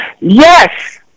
Yes